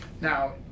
Now